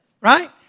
right